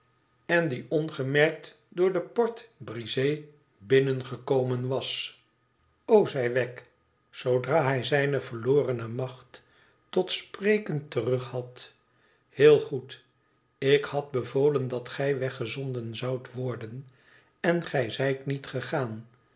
en die ongemerkt door de porte-brisée binnengekomen was t o i zei wegg zoodra hij zijne verlorene macht tot spreken temg had heel goed ik had bevolen dat gij weggezonden zoudt worden n gij zijt niet gegaan